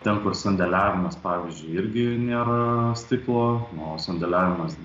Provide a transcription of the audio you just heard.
ten kur sandėliavimas pavyzdžiui irgi nėra stiklo na o sandėliavimas